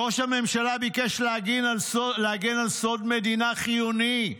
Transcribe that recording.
ראש הממשלה ביקש להגן על סוד מדינה חיוני,